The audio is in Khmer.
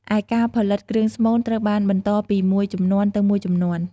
ឯការផលិតគ្រឿងស្មូនត្រូវបានបន្តពីមួយជំនាន់ទៅមួយជំនាន់។